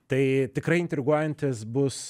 tai tikrai intriguojantis bus